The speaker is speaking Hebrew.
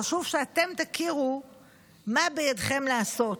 חשוב שאתם תכירו מה בידיכם לעשות.